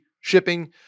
shipping